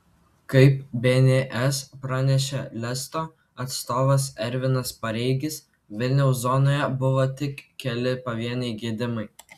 kaip bns pranešė lesto atstovas ervinas pareigis vilniaus zonoje buvo tik keli pavieniai gedimai